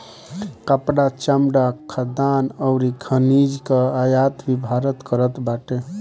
कपड़ा, चमड़ा, खाद्यान अउरी खनिज कअ आयात भी भारत करत बाटे